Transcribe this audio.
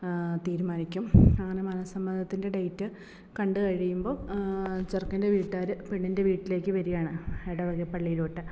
തീരുമാനിക്കും അങ്ങനെ മനസ്സമ്മതത്തിൻ്റെ ഡേറ്റ് കണ്ട് കഴിയുമ്പോൾ ചെറുക്കൻ്റെ വീട്ടുകാർ പെണ്ണിൻ്റെ വീട്ടിലേക്ക് വരാണ് ഇടവക പള്ളിയിലോട്ട്